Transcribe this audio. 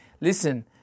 listen